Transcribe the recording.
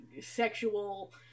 sexual